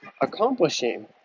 accomplishing